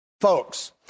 Folks